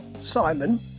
Simon